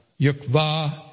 Yukva